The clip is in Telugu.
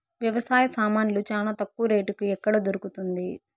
వ్యవసాయ సామాన్లు చానా తక్కువ రేటుకి ఎక్కడ దొరుకుతుంది?